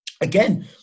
again